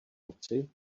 noci